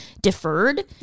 deferred